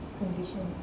condition